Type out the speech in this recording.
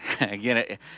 again